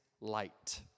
light